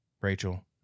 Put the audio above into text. Rachel